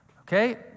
Okay